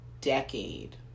decade